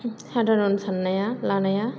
सादारन सान्नाया लानाया